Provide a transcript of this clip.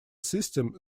system